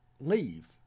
leave